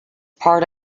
part